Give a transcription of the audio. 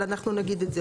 אבל אנחנו נגיד את זה.